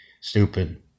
Stupid